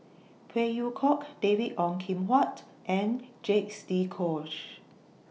Phey Yew Kok David Ong Kim Huat and Jacques De Coutre